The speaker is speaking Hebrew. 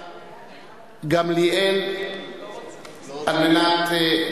אגודת הסטודנטים במוסד הוראות להתאמות